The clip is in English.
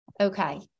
Okay